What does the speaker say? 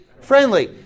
friendly